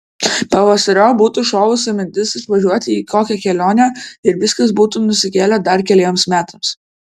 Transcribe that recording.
pavasariop būtų šovusi mintis išvažiuoti į kokią kelionę ir viskas būtų nusikėlę dar keliems metams